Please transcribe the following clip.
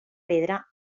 pedra